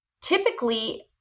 Typically